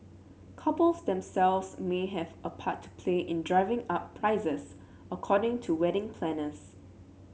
couples themselves may have a part to play in driving up prices according to wedding planners